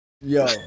Yo